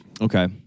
Okay